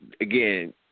again